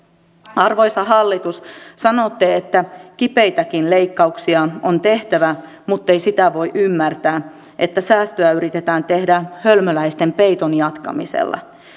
arvoisa hallitus sanotte että kipeitäkin leikkauksia on tehtävä muttei sitä voi ymmärtää että säästöä yritetään tehdä hölmöläisten peiton jatkamisella